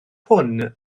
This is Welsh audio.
hwn